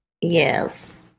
Yes